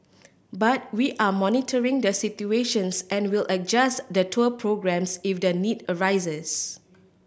but we are monitoring the situations and will adjust the tour programmes if the need arises